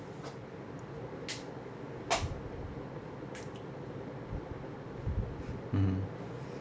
mm